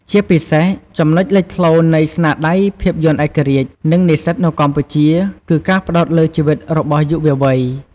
ជាពិសេស ចំណុចលេចធ្លោនៃស្នាដៃភាពយន្តឯករាជ្យ និងនិស្សិតនៅកម្ពុជា គឺ ការផ្តោតលើជីវិតរបស់យុវវ័យ។